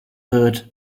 earth